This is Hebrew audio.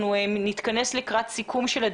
בעוד כמה דקות אנחנו נתכנס לקראת סיכום הדיון.